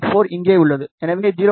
84 இங்கே உள்ளது எனவே 0